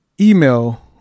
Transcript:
email